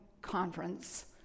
conference